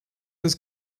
das